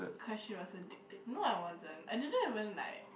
cause she was a dicta~ no I wasn't I didn't even like